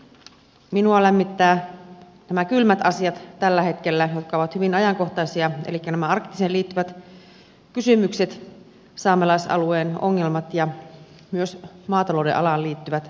minua lämmittävät erityisesti nämä kylmät asiat tällä hetkellä jotka ovat hyvin ajankohtaisia elikkä nämä arktiseen liittyvät kysymykset saamelaisalueen ongelmat ja myös maatalouden alaan liittyvät kysymykset